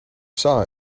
saw